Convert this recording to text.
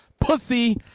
Pussy